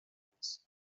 landes